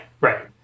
right